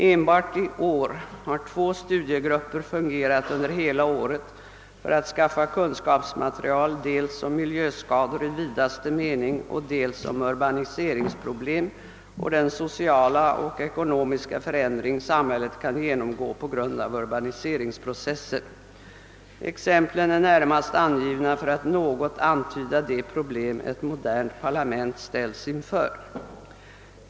Enbart i år har två studiegrupper fungerat under hela året för att skaffa kunskapsmaterial dels om miljöskador i vidaste mening, dels om = :urbaniseringsproblem och den sociala och ekonomiska förändring som samhället kan genomgå på grund av urbaniseringsprocessen. Exemplen är närmast angivna för att något antyda de problem ett modernt parlament ställs inför.